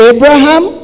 Abraham